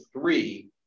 three